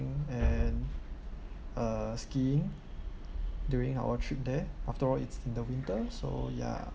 and uh skiing during our trip there after all it's in the winter so ya